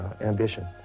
ambition